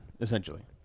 essentially